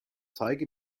zeige